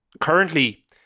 currently